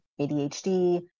ADHD